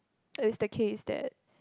what is the case that